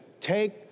take